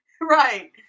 Right